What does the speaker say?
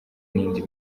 n’indi